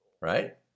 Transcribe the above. right